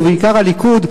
ובעיקר הליכוד,